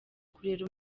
kurera